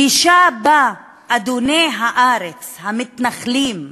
גישה שבה אדוני הארץ, המתנחלים,